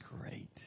great